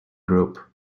group